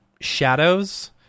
shadows